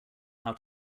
how